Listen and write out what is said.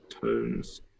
tones